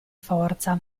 forza